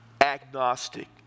agnostic